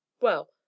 Well